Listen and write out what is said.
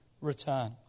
return